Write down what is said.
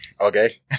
Okay